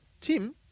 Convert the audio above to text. Tim